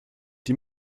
die